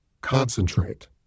Concentrate